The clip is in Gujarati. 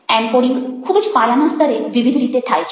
એનકોડિંગ ખૂબ જ પાયાના સ્તરે વિવિધ રીતે થાય છે